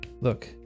Look